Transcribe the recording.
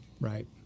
right